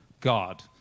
God